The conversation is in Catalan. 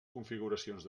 configuracions